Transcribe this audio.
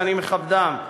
שאני מכבדם,